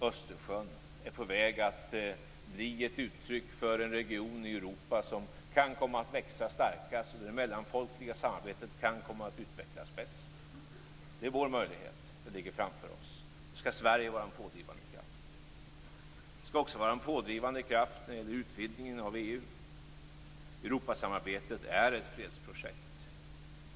Östersjön är på väg att bli ett uttryck för en region i Europa som kan komma att växa sig starkast. Det mellanfolkliga samarbetet kan komma att utvecklas bäst. Det är vår möjlighet. Det ligger framför oss. Där skall Sverige vara en pådrivande kraft. Vi skall också vara en pådrivande kraft när det gäller utvidgningen av EU. Europasamarbetet är ett fredsprojekt.